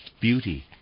beauty